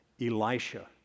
Elisha